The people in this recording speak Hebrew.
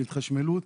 של התחשמלות,